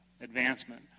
advancement